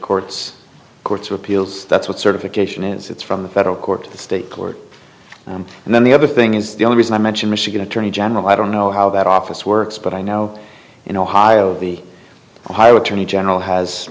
courts courts of appeals that's what certification is it's from the federal court the state court and then the other thing is the only reason i mention michigan attorney general i don't know how that office works but i know in ohio the ohio attorney general has